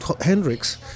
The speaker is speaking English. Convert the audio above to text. Hendrix